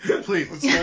Please